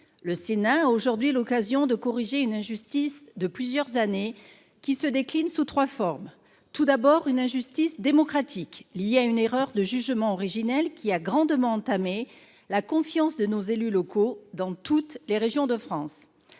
Le Sénat a l’occasion de corriger une injustice qui dure depuis plusieurs années et qui se décline en trois volets. Premièrement, une injustice démocratique liée à une erreur de jugement originelle qui a grandement entamé la confiance de nos élus locaux dans toutes les régions de France.